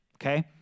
Okay